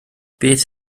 beth